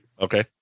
Okay